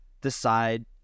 decide